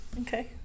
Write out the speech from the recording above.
Okay